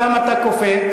למה אתה קופץ?